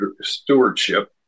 stewardship